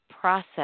process